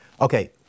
Okay